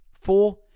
Four